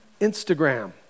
Instagram